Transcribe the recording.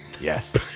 Yes